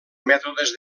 mètodes